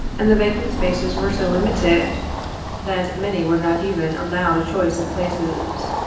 and the vacant spaces were so limited that many were not even allowed a choice of places.